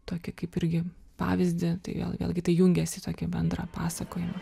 tokį kaip irgi pavyzdį tai vėl vėlgi tai jungias į tokį bendrą pasakojimą